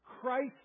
Christ